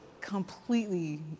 completely